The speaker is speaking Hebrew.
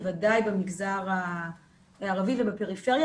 בוודאי במגזר הערבי ובפריפריה.